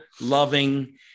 loving